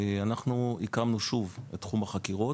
אנחנו הקמנו שוב את תחום החקירות.